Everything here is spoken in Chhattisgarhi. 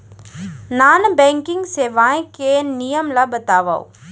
नॉन बैंकिंग सेवाएं के नियम ला बतावव?